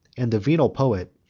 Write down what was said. and the venal poet,